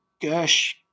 Gersh